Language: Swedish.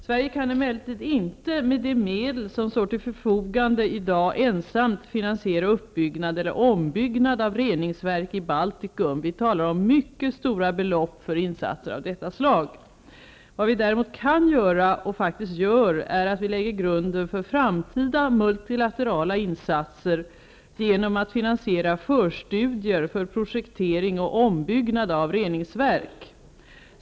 Sverige kan emellertid inte med de medel som står till förfogande i dag ensamt finansiera uppbyggnad eller ombyggnad av reningsverk i Baltikum. Vi talar om mycket stora belopp för insatser av detta slag. Vad vi däremot kan göra, och faktiskt gör, är att vi lägger grunden för framtida multilaterala insatser genom att finansiera förstudier för projektering och ombyggnad av reningsverk.